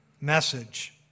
message